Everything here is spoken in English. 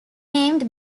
named